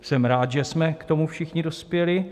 Jsem rád, že jsme k tomu všichni dospěli.